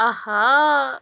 اَہا